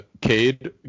Cade